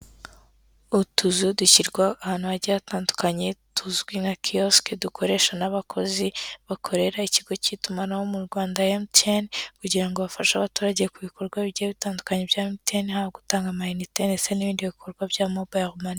Utuzu dushyirwa ahantu hagiye hatandukanye tuzwi nka kiyosike, dukoresha n'abakozi bakorera ikigo cy'itumanaho mu Rwanda MTN kugira ngo bafashe abaturage ku bikorwa bigiye bitandukanye bya MTN, haba gutanga amayinite ndetse n'ibindi bikorwa bya Mobayiro mani.